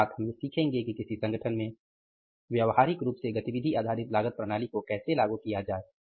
अर्थात हम ये सीखेंगे कि किसी संगठन में व्यावहारिक रूप से गतिविधि आधारित लागत प्रणाली को कैसे लागू किया जाए